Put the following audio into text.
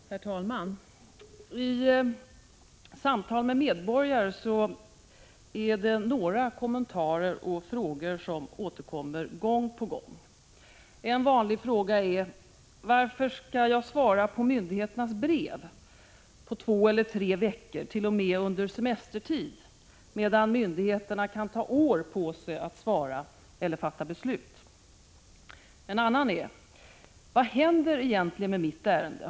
Herr talman! I samtal med medborgare är det några kommentarer och frågor som återkommer gång på gång. En vanlig fråga är: Varför skall jag svara på myndigheternas brev inom två eller tre veckor, t.o.m. under semestertider, medan myndigheterna kan ta år på sig att svara eller fatta beslut? En annan fråga är: Vad händer egentligen med mitt ärende?